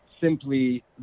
simply